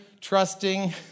trusting